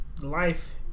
life